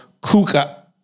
Kuka